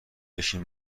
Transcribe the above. بشین